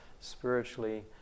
spiritually